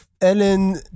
Ellen